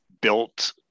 built